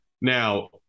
Now